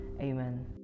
Amen